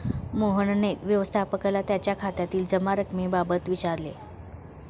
मोहनने व्यवस्थापकाला त्याच्या खात्यातील जमा रक्कमेबाबत विचारले